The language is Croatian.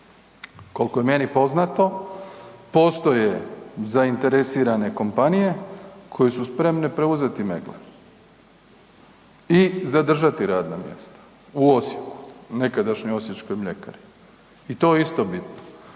Koliko je meni poznato, postoje zainteresirane kompanije koje su spremne preuzeti Meggle i zadržati radna mjesta u Osijeku, nekadašnjoj osječkoj mljekari i to je isto bitno.